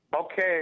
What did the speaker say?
Okay